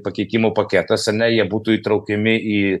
pakeitimų paketas ar ne jie būtų įtraukiami į